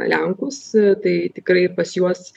lenkus tai tikrai pas juos